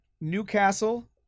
Newcastle